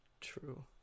True